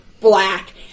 Black